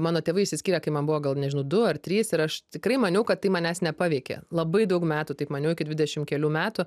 mano tėvai išsiskyrė kai man buvo gal nežinau du ar trys ir aš tikrai maniau kad tai manęs nepaveikė labai daug metų taip maniau iki dvidešim kelių metų